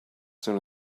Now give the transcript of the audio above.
soon